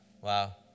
Wow